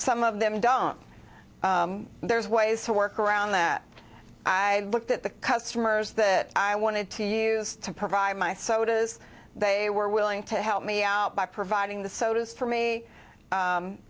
some of them don't there's ways to work around that i looked at the customers that i wanted to use to provide my sodas they were willing to help me out by providing the sodas f